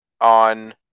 on